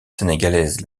sénégalaise